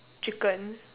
chicken